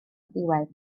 diwedd